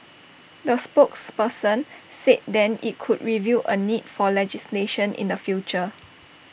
A spokesperson said then IT could review A need for legislation in the future